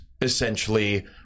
essentially